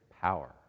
power